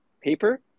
Paper